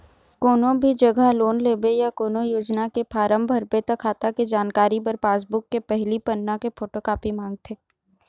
कोनो भी जघा लोन लेबे या कोनो योजना के फारम भरबे त खाता के जानकारी बर पासबूक के पहिली पन्ना के फोटोकापी मांगथे